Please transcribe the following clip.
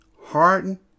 Harden